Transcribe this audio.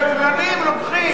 הגזלנים לוקחים.